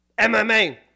MMA